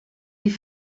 die